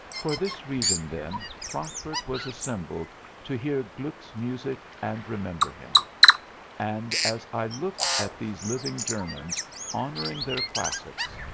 for this reason, then, frankfurt was assembled to hear gluck's music and remember him and, as i looked at these living germans honoring their classics,